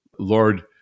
Lord